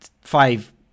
five